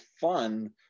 fun